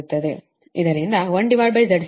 ಆದ್ದರಿಂದ 1ZCYγl ಸರಿನಾ